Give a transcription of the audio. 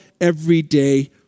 everyday